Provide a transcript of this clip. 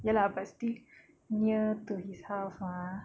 ya lah but still near to his house mah